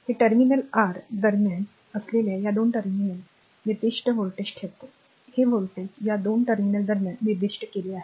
हे terminal r दरम्यान असलेल्या या दोन टर्मिनल दरम्यान निर्दिष्ट व्होल्टेज ठेवते हे व्होल्टेज या 2 टर्मिनल दरम्यान निर्दिष्ट केले आहे